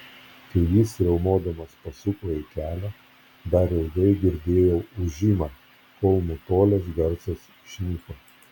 kai jis riaumodamas pasuko į kelią dar ilgai girdėjau ūžimą kol nutolęs garsas išnyko